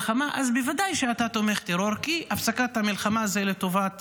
בוודאי שאתה תומך טרור, כי הפסקת המלחמה היא לטובת